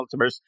multiverse